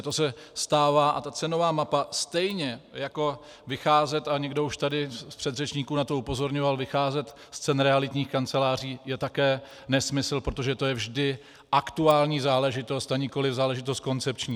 To se stává, a cenová mapa stejně jako vycházet a někdo z předřečníků na to upozorňoval vycházet z cen realitních kanceláří je také nesmysl, protože to je vždy aktuální záležitost a nikoliv záležitost koncepční.